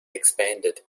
expanded